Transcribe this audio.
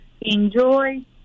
enjoy